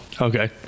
okay